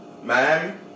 Miami